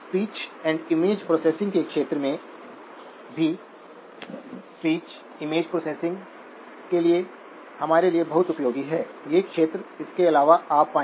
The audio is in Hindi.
R2 है क्योंकि इनपुट सोर्स में कोई आंतरिक रेजिस्टेंस नहीं है इस जगह में कोई भूमिका नहीं है